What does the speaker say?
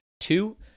Two